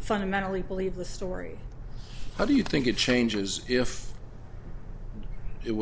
fundamentally believe the story how do you think it changes if it